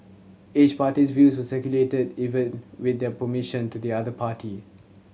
each party's views were circulated even with their permission to the other party